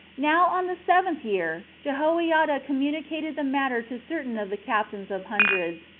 now, on the seventh year, jehoiada communicated the matter to certain of the captains of hundreds,